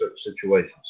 situations